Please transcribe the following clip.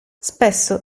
spesso